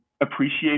appreciate